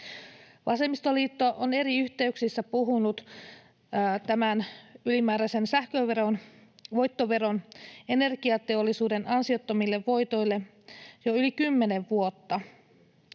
Vasemmistoliitto on eri yhteyksissä puhunut tästä ylimääräisestä sähköverosta, voittoverosta, energiateollisuuden ansiottomille voitoille jo yli kymmenen vuotta.